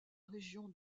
région